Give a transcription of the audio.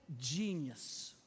genius